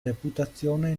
reputazione